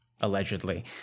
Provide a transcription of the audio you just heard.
allegedly